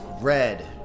Red